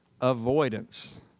avoidance